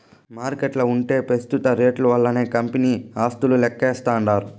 మార్కెట్ల ఉంటే పెస్తుత రేట్లు వల్లనే కంపెనీ ఆస్తులు లెక్కిస్తాండారు